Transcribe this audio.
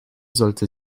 sollte